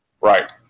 Right